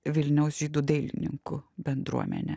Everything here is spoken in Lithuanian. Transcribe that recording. vilniaus žydų dailininkų bendruomenę